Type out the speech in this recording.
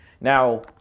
Now